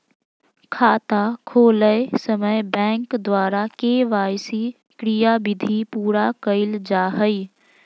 खाता खोलय समय बैंक द्वारा के.वाई.सी क्रियाविधि पूरा कइल जा हइ